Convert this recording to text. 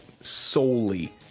solely